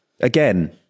Again